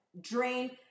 drain